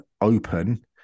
open